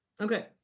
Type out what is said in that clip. Okay